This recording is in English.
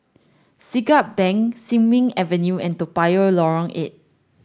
Siglap Bank Sin Ming Avenue and Toa Payoh Lorong eight